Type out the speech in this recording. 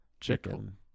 chicken